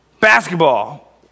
Basketball